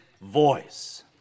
voice